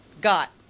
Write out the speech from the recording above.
got